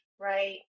Right